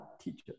teachers